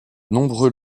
nombreux